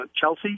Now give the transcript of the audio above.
Chelsea